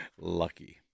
lucky